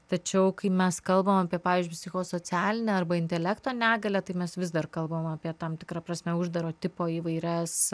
tačiau kai mes kalbam apie pavyzdžiui psichosocialinę arba intelekto negalią tai mes vis dar kalbam apie tam tikra prasme uždaro tipo įvairias